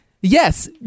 yes